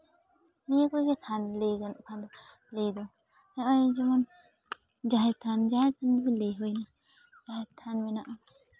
ᱱᱤᱭᱟᱹ ᱠᱚᱜᱮ ᱛᱷᱟᱱ ᱞᱟᱹᱭ ᱜᱟᱱᱚᱜ ᱠᱷᱟᱱ ᱞᱟᱹᱭᱫᱚ ᱱᱚᱜᱼᱚᱭ ᱡᱮᱢᱚᱱ ᱡᱟᱦᱮᱨ ᱛᱷᱟᱱ ᱡᱟᱦᱮᱨ ᱢᱟᱱᱮ ᱞᱟᱹᱭ ᱦᱩᱭᱱᱟ ᱡᱟᱦᱮᱨ ᱛᱷᱟᱱ ᱢᱮᱱᱟᱜᱼᱟ